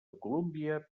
colúmbia